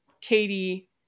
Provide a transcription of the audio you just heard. Katie